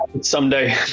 Someday